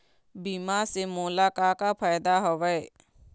बीमा से मोला का का फायदा हवए?